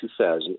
2000